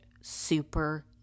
super